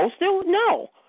No